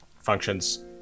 functions